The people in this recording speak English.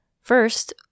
First